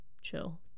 chill